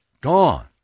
Gone